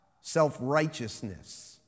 self-righteousness